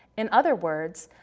in other words,